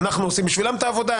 אנחנו עושים בשבילם את העובדה,